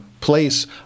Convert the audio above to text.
place